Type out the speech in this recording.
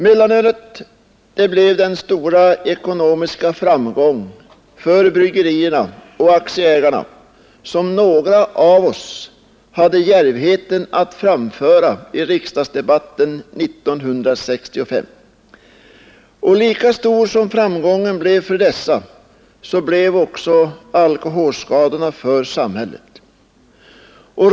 Mellanölet blev den stora ekonomiska framgång för bryggerierna och aktieägarna som några av oss hade djärvheten att framhålla i riksdagsdebatten 1965. Lika stor som framgången blev för dessa, lika stora blev alkoholskadorna för samhället.